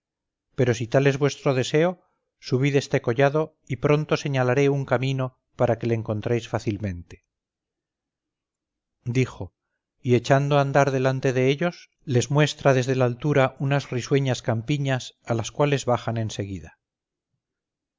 pero si tal es vuestro deseo subid este collado y pronto señalaré un camino para que le encontréis fácilmente dijo y echando a andar delante de ellos les muestra desde la altura unas risueñas campiñas a las cuales bajan